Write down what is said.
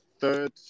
third